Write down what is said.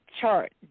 chart